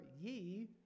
ye